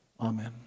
Amen